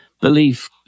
belief